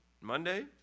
Monday